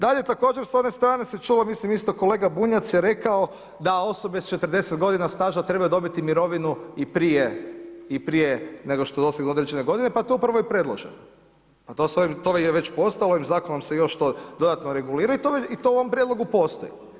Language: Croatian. Dalje također s one strane se čulo, mislim isto kolega Bunjac je rekao da osobe s 40 godina staža trebaju dobiti mirovinu i prije nego što dosegnu određene godine, pa to je upravo i predloženo, to je već postalo i zakonom se još to dodatno i regulira i to u ovom prijedlogu postoji.